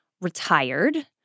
retired